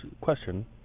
question